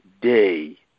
day